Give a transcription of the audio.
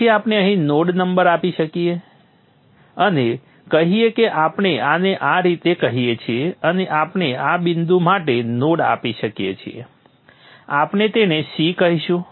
પછી આપણે અહીં નોડ નંબર આપી શકીએ અને કહીએ કે આપણે આને આ રીતે કહીએ છીએ અને આપણે આ બિંદુ માટે નોડ આપી શકીએ છીએ આપણે તેને c કહીશું